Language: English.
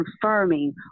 confirming